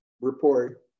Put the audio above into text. report